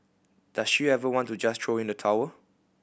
does she ever want to just throw in the towel